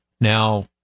Now